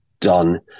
done